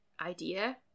idea